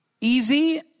easy